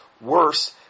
Worse